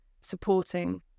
supporting